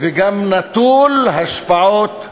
וגם נטול השפעות זרות.